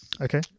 Okay